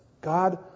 God